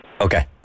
Okay